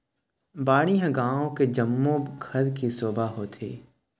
बाड़ी ह गाँव के जम्मो घर के शोभा होथे